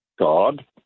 God